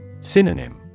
Synonym